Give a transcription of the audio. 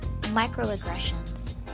microaggressions